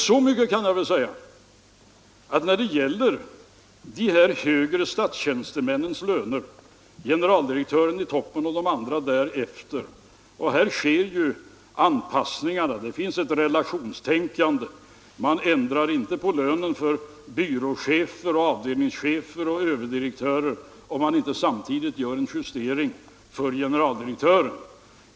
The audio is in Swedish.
Så mycket kan jag väl säga att det när det gäller de högre statstjänstemännens löner, där generaldirektören sitter i toppen och de andra kommer därefter, sker vissa anpassningar inom ramen för ett relationstänkande. Man ändrar inte lönen för byråchefer, avdelningschefer och överdirektörer utan att det samtidigt sker en justering för generaldirektören.